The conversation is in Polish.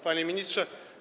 Panie Ministrze!